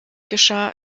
geschah